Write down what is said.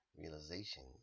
realization